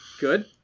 Good